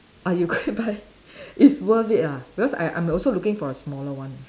ah you go and buy it's worth it lah because I I'm also looking for a smaller one